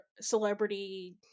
celebrity